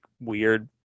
weird